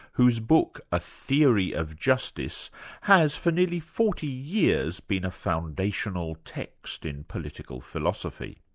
whose book, a theory of justice has for nearly forty years been a foundational text in political philosophy.